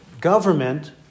government